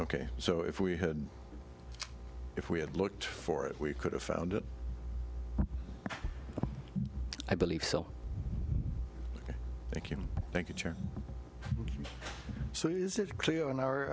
ok so if we had if we had looked for it we could have found it i believe so thank you thank you so is it clear in our